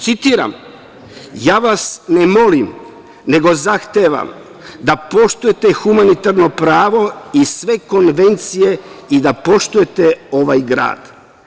Citiram: „Ja vas ne molim, nego zahtevam da poštujete humanitarno pravo i sve konvencije i da poštujete ovaj grad“